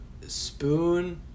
spoon